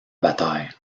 bataille